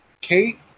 Kate